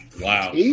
Wow